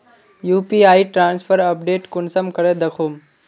UPI transfer update कुंसम करे दखुम?